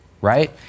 right